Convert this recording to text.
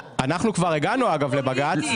אנחנו כבר הגענו, אגב, לבג"ץ.